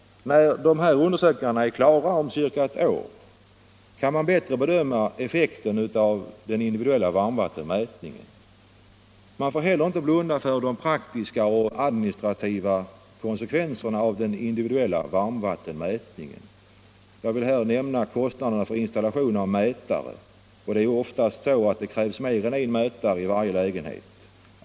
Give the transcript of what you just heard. När dessa undersökningar är klara om ca ett år kan man bättre bedöma effekten av individuell varmvattenmätning. Man får inte heller blunda för de praktiska och administrativa konsekvenserna av den individuella varmvattenmätningen. Jag vill här nämna kostnaderna för installation av mätare. Oftast krävs mer än en mätare för varje lägenhet.